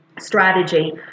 strategy